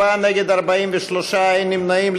בעד, 34, נגד, 43, אין נמנעים.